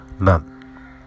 None